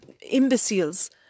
imbeciles